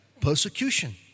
persecution